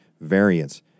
variance